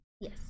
Yes